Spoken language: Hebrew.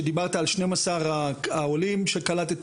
שדיברת על שנים עשר העולם שקלטת,